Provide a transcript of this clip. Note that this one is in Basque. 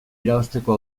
irabazteko